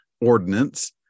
ordinance